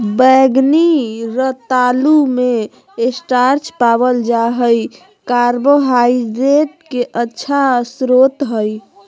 बैंगनी रतालू मे स्टार्च पावल जा हय कार्बोहाइड्रेट के अच्छा स्रोत हय